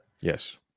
Yes